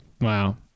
Wow